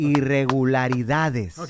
Irregularidades